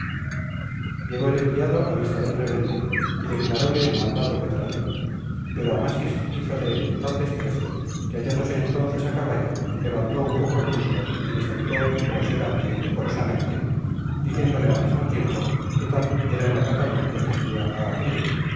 llegó el enviado a vista del rebelde y declaróle el mandato que traía pero amasis hizo de él tal desprecio que hallándose entonces a caballo levantó un poco el muslo y le saludó grosera e indecorosamente diciéndole al mismo tiempo que tal era el acatamiento que hacía